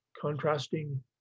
Contrasting